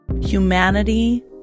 Humanity